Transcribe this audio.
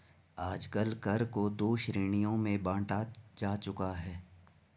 आजकल कर को दो श्रेणियों में बांटा जा चुका है